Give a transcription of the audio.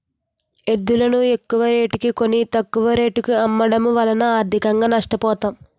ఎద్దులును ఎక్కువరేటుకి కొని, తక్కువ రేటుకు అమ్మడము వలన ఆర్థికంగా నష్ట పోతాం